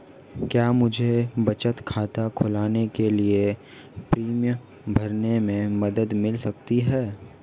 क्या मुझे बचत खाता खोलने के लिए फॉर्म भरने में मदद मिल सकती है?